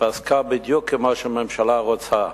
פסקה בדיוק כמו שהממשלה רוצה.